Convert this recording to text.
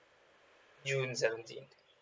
june seventeen